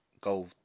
go